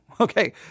Okay